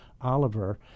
Oliver